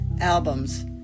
albums